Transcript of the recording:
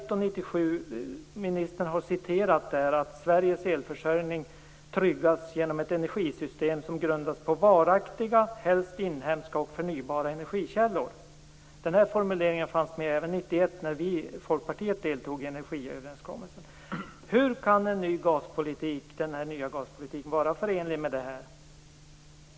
Ministern citerade från energiuppgörelsen 1997, att Sveriges elförsörjning tryggas genom ett energisystem som grundas på varaktiga, helst inhemska och förnybara energikällor - en formulering som fanns med även 1991, när vi i Folkpartiet deltog i energiöverenskommelsen. Hur kan den nya gaspolitiken vara förenlig med detta?